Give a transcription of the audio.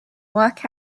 work